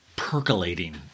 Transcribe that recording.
percolating